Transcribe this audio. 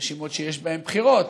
הרשימות שיש בהן בחירות,